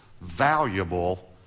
valuable